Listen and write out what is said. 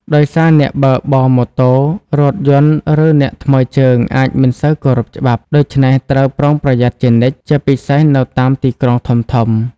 ដោយសារអ្នកបើកបរម៉ូតូ រថយន្តឬអ្នកថ្មើរជើងអាចមិនសូវគោរពច្បាប់ ដូច្នេះត្រូវប្រុងប្រយ័ត្នជានិច្ច ជាពិសេសនៅតាមទីក្រុងធំៗ។